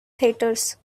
theatres